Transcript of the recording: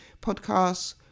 Podcasts